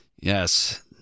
Yes